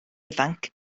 ifanc